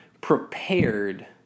prepared